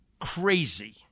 crazy